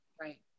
Right